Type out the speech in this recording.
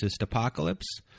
Apocalypse